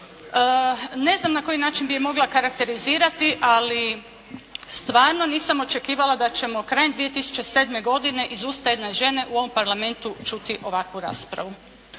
ne znam na koji način bi mogla karakterizirati, ali stvarno nisam očekivala da ćemo krajem 2007. godine iz usta jedne žene u ovom parlamentu čuti ovakvu raspravu.